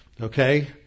okay